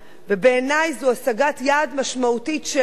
ובעיני זו השגת יעד משמעותית שלנו,